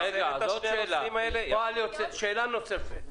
שאלה נוספת.